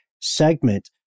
segment